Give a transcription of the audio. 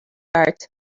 art